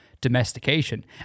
domestication